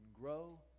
grow